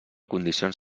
condicions